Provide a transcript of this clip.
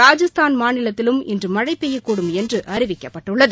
ராஜஸ்தான் மாநிலத்திலும் இன்று மழை பெய்யக்கூடும் என்று அறிவிக்கப்பட்டுள்ளது